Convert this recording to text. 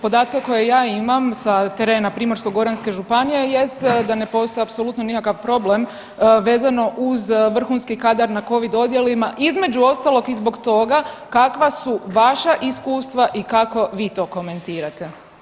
Podatke koje ja imam sa terena Primorsko-goranske županije jest da ne postoji apsolutno nikakav problem vezano uz vrhunski kadar na covid odjelima između ostalog i zbog toga kakva su vaša iskustva i kako vi to komentirate.